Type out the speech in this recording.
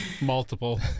Multiple